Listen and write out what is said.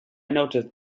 noticed